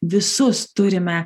visus turime